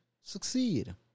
succeed